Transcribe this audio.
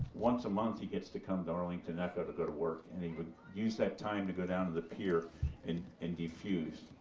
once a month he gets to come to arlington echo to go to work and he would use that time to go down to the peer and and defuse,